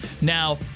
Now